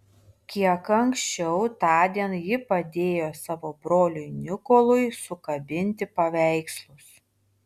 kiek anksčiau tądien ji padėjo savo broliui nikolui sukabinti paveikslus